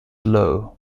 low